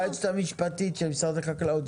היועצת המשפטית של משרד החקלאות,